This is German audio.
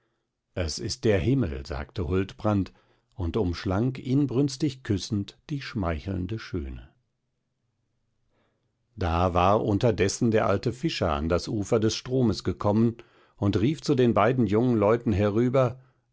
es ist der himmel sagte huldbrand und umschlang inbrünstig küssend die schmeichelnde schöne da war unterdessen der alte fischer an das ufer des stromes gekommen und rief zu den beiden jungen leuten herüber